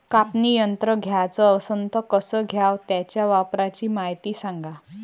कापनी यंत्र घ्याचं असन त कस घ्याव? त्याच्या वापराची मायती सांगा